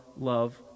love